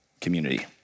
community